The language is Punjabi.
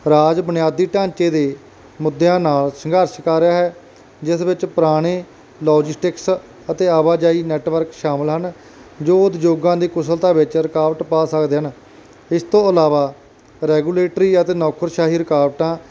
ਰਾਜ ਬੁਨਿਆਦੀ ਢਾਂਚੇ ਦੇ ਮੁੱਦਿਆਂ ਨਾਲ ਸੰਘਰਸ਼ ਕਰ ਰਿਹਾ ਹੈ ਜਿਸ ਵਿੱਚ ਪੁਰਾਣੇ ਲੋਜਿਸਟਿਕਸ ਅਤੇ ਆਵਾਜਾਈ ਨੈਟਵਰਕ ਸ਼ਾਮਲ ਹਨ ਜੋ ਉਦਯੋਗਾਂ ਦੀ ਕੁਸ਼ਲਤਾ ਵਿੱਚ ਰੁਕਾਵਟ ਪਾ ਸਕਦੇ ਹਨ ਇਸ ਤੋਂ ਇਲਾਵਾ ਰੈਗੂਲੇਟਰੀ ਅਤੇ ਨੌਕਰਸ਼ਾਹੀ ਰੁਕਾਵਟਾਂ